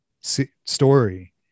story